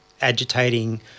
agitating